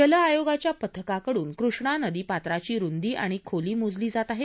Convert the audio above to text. जल आयोगाच्या पथकाकडून कृष्णा नदीपात्राची रुंदी आणि खोली मोजली जात आहे